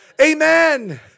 Amen